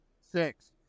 six